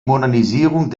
modernisierung